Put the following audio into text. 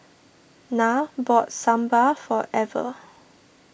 Nyah bought Sambar for Ever